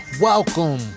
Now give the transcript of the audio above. welcome